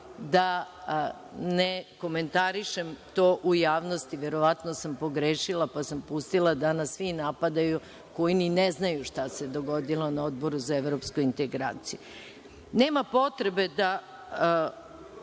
da ne komentarišem to u javnosti. Verovatno sam pogrešila, pa sam pustila da nas svi napadaju koji ni ne znaju šta se dogodilo na Odboru za Evropske integracije. Nema potrebe da